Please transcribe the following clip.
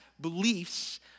beliefs